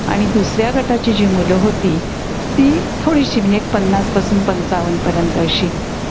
आणि दुसऱ्या गटाची जी मुलं होती ती थोडीशी म्हणजे पन्नासापासून पंचावन्नपर्यंत अशी